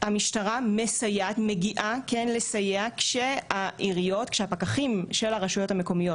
המשטרה מגיעה כן לסייע כשהפקחים של הרשויות המקומיות